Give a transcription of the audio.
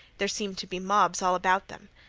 there seemed to be mobs all about them.